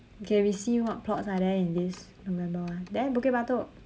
okay we see what plots are there in this november one there bukit-batok